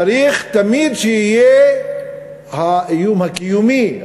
צריך תמיד שיהיה האיום הקיומי,